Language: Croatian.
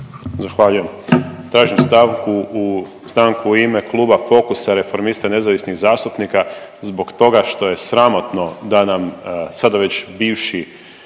Zahvaljujem. Tražim stanku u ime kluba Fokusa, Reformista i nezavisnih zastupnika zbog toga što je sramotno da nam sada već bivši